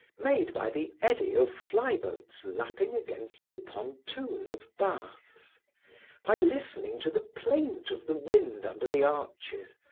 made by the eddy of fly boats lapping against the pontoon of baths by listening to the plaint of the wind under the arches,